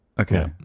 Okay